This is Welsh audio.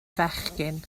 fechgyn